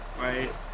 Right